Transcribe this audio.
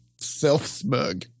Self-smug